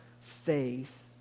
faith